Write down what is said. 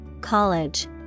college